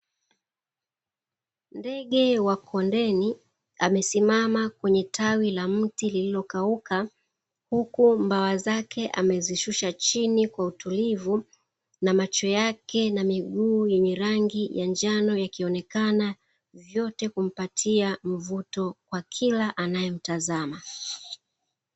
Ndege wa kondeni amesimama kwenye tawi la mti lililokauka. huku mbawa zake amezishusha chini kwa utulivu, na macho yake na miguu yenye rangi ya njano ikionekana, vyote kumpatia mvuto kwa kila anayemtazama.